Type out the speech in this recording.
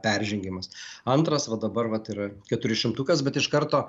peržengimas antras va dabar vat yra keturišimtukas bet iš karto